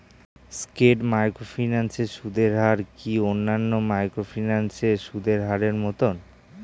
স্কেট microfinance এর সুদের হার কি অন্যান্য মাইক্রোফিন্যান্স এর সুদের হারের মতন?